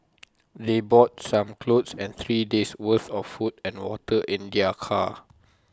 they brought some clothes and three days' worth of food and water in their car